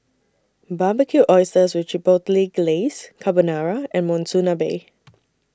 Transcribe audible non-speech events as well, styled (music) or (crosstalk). Barbecued Oysters with (unintelligible) Glaze Carbonara and Monsunabe